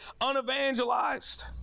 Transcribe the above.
unevangelized